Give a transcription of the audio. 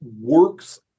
works